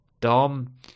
Dom